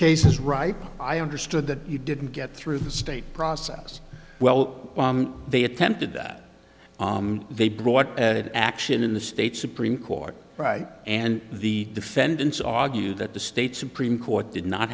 case is right i understood that you didn't get through the state process well they attempted that they brought that action in the state supreme court right and the defendants argued that the state supreme court did not